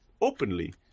openly